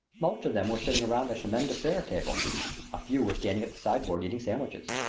most of them were sitting round a chemin de fer table a few were standing at the sideboard eating sandwiches.